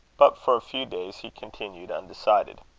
but for a few days he continued undecided.